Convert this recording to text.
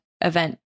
event